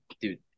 dude